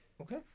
Okay